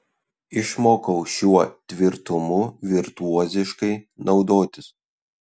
išmokau šiuo tvirtumu virtuoziškai naudotis